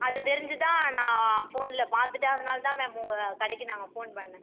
அது தெரிஞ்சு தான் நான் ஃபோனில் பார்த்துட்டு அதனால் தான் மேம் உங்கள் கடைக்கு நான் ஃபோன் பண்ணிணேன்